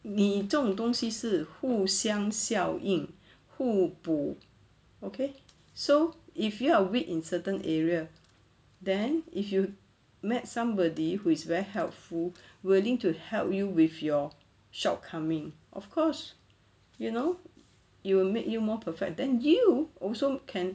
你这种东西是互相效应互补 okay so if you are weak in certain areas then if you met somebody who is very helpful willing to help you with your shortcoming of course you know you will make you more perfect than you also can